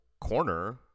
corner –